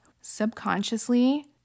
subconsciously